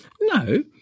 No